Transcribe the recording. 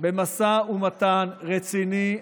במשא ומתן רציני,